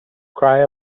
cry